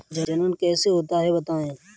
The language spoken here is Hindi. जनन कैसे होता है बताएँ?